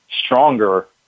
stronger